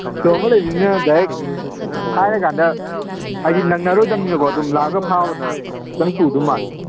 ꯆꯥꯛꯎꯝꯕ ꯂꯩꯕꯅꯤꯅ ꯗꯥꯏꯔꯦꯛ ꯍꯥꯏꯔꯀꯥꯟꯗ ꯍꯥꯏꯗꯤ ꯅꯪꯅꯔꯣꯏꯗꯝꯅꯤꯅꯀꯣ ꯑꯗꯨꯝ ꯂꯥꯛꯑꯒ ꯐꯥꯕꯅ ꯈꯤꯇꯪ ꯊꯨꯗꯣꯏ ꯃꯥꯜꯂꯦ